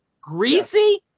Greasy